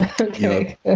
Okay